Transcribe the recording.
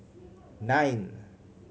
nine